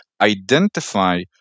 identify